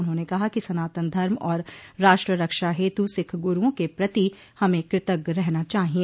उन्होंने कहा कि सनातन धर्म और राष्ट्र रक्षा हेतु सिख गुरूओं के प्रति हमें कृतज्ञ रहना चाहिए